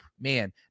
man